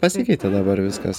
pasikeitė dabar viskas